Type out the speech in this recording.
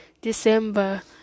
December